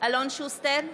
אלון שוסטר,